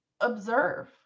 Observe